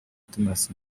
thomas